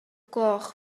gloch